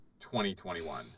2021